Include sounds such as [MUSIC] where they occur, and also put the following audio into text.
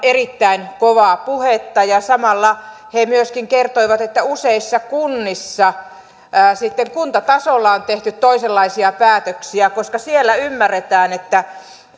[UNINTELLIGIBLE] erittäin kovaa puhetta samalla he myöskin kertoivat että useissa kunnissa kuntatasolla on tehty toisenlaisia päätöksiä koska siellä ymmärretään että